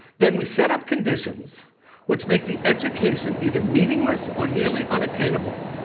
then we set up conditions which make the education either meaningless or nearly unattainable.